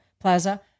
plaza